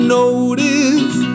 notice